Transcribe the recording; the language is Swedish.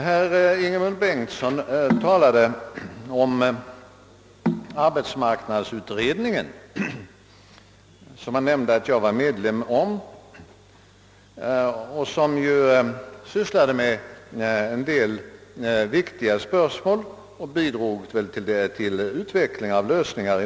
Herr Ingemund Bengtsson talade om arbetsmarknadsutredningen. Han nämnde att jag var medlem i den utredningen, som sysslade med en del viktiga spörsmål och väl i någon mån bidrog till utvecklingen av lösningar.